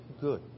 good